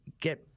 get